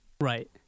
Right